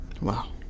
Wow